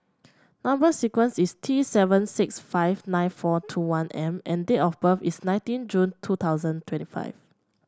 number sequence is T seven six five nine four two one M and date of birth is seventeen June two thousand twenty five